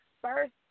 first